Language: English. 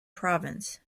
province